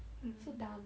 so dumb